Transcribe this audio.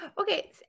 Okay